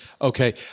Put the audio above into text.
okay